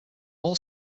all